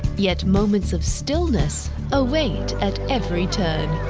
yet moments of stillness await at every turn.